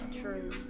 True